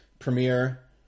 Premiere